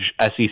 sec